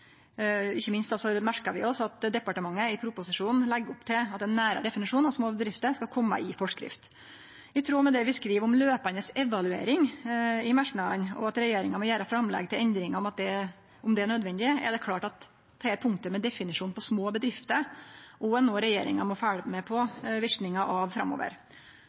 departementet i proposisjonen legg opp til at ein nærare definisjon av små bedrifter skal kome i forskrift. I tråd med det vi skriv om løpande evaluering i merknadene, og at regjeringa må gjere framlegg til endringar om det er nødvendig, er det klart at definisjonen på små bedrifter òg er noko regjeringa må følgje med på verknaden av framover.